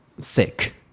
sick